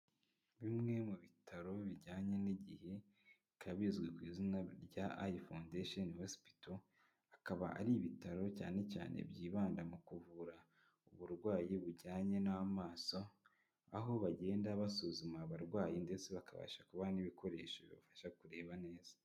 Bimwe mu bitaro bijyanye n'igihe, bikaba bizwi ku izina rya ayi fondesheni hosipito, akaba ari ibitaro cyane cyane byibanda mu kuvura uburwayi bujyanye n'amaso, aho bagenda basuzuma abarwayi ndetse bakabasha kubona n'ibikoresho bibafasha kureba neza.